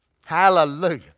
Hallelujah